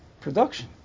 production